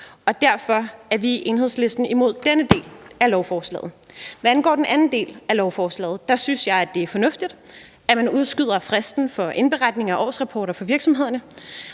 Og derfor er vi i Enhedslisten imod denne del af lovforslaget. Hvad angår den anden del af lovforslaget, synes jeg, det er fornuftigt, at man udskyder fristen for indberetning af årsrapporter for virksomhederne.